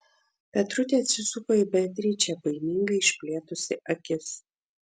petrutė atsisuko į beatričę baimingai išplėtusi akis